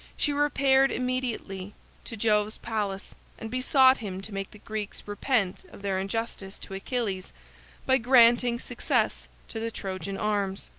she repaired immediately to jove's palace and besought him to make the greeks repent of their injustice to achilles by granting success to the trojan arms.